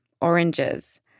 oranges